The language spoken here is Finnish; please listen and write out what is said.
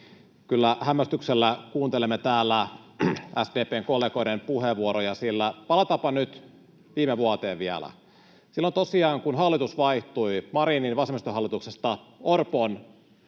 Kyllä hämmästyksellä kuuntelemme täällä SDP:n kollegoiden puheenvuoroja, sillä palataanpa nyt viime vuoteen vielä. Silloin tosiaan, kun hallitus vaihtui Marinin vasemmistohallituksesta Orpon